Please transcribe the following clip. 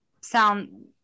sound